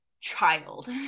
child